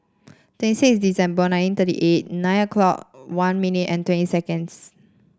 twenty six December nineteen thirty eight nine o'clock one minute and twenty seconds